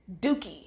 dookie